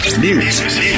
News